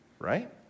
right